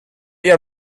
your